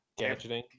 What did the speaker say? gadgeting